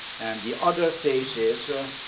and the other face is a